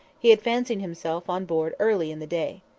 he had fancied himself on board early in the day.